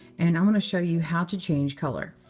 and i'm going to show you how to change color.